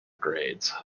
grades